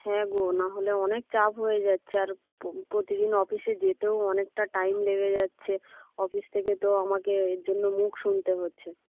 হ্যাঁ গো না হলে অনেক চাপ হয়ে যাচ্ছে আর প্রতিদিন অফিসে যেতেও অনেকটা টাইম লেগে যাচ্ছে অফিস থেকে তো আমাকে এর জন্য মুখ শুনতে হচ্ছে